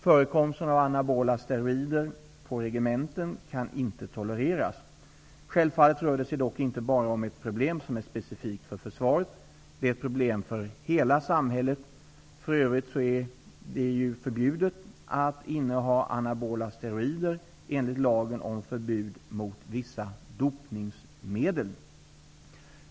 Förekomsten av anabola steroider på regementen kan inte tolereras. Självfallet rör det sig dock inte om ett problem som är specifikt för försvaret. Det är ett problem för hela samhället. För övrigt så är det ju förbjudet att inneha anabola steroider enligt lagen om förbud mot vissa dopningsmedel.